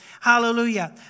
Hallelujah